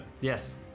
Yes